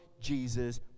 jesus